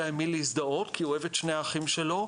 עם מי להזדהות כי הוא אוהב את שני האחים שלו,